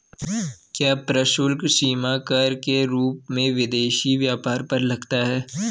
क्या प्रशुल्क सीमा कर के रूप में विदेशी व्यापार पर लगता है?